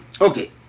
Okay